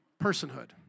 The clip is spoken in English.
personhood